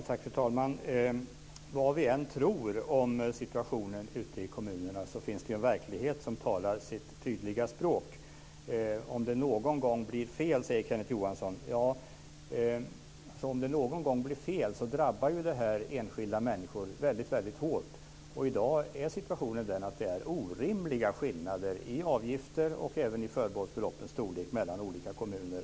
Fru talman! Vad vi än tror om situationen ute i kommunerna finns det en verklighet som talar sitt tydliga språk. "Om det någon gång kan bli 'fel'", säger Kenneth Johansson. Ja, om det någon gång blir fel drabbas enskilda människor väldigt hårt. I dag är det orimliga skillnader mellan avgifterna och även mellan förbehållsbeloppens storlek i olika kommuner.